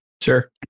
Sure